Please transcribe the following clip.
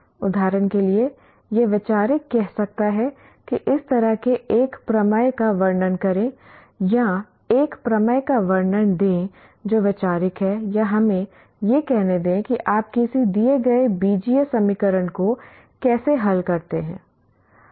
उदाहरण के लिए यह वैचारिक कह सकता है कि इस तरह के एक प्रमेय का वर्णन करें या एक प्रमेय का प्रमाण दें जो वैचारिक है या हमें यह कहने दें कि आप किसी दिए गए बीजीय समीकरण को कैसे हल करते हैं